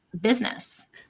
business